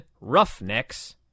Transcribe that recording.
Roughnecks